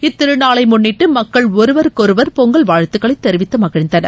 இத்திருநாளை முன்னிட்டு மக்கள் ஒருவருக்கொருவர் பொங்கல் வாழ்த்துக்களை தெரிவித்து மகிழ்ந்தனர்